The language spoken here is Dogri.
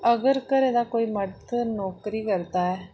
अगर घरै दा कोई मर्द कोई नौकरी करदा ऐ